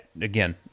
again